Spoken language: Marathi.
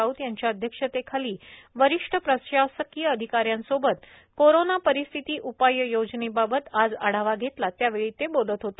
राऊत यांच्या अध्यक्षतेखाली वरिष्ठ प्रशासकीय अधिकाऱ्यांसोबत कोरोना परिस्थिती उपाययोजनाबाबत आज आढावा घेतला त्यावेळी ते बोलत होते